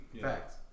facts